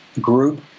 group